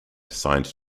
signed